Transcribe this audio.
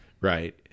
Right